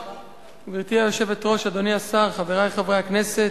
גברתי היושבת-ראש, אדוני השר, חברי חברי הכנסת,